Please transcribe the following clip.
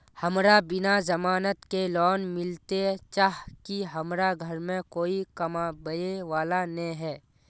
हमरा बिना जमानत के लोन मिलते चाँह की हमरा घर में कोई कमाबये वाला नय है?